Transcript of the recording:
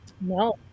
No